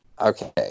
Okay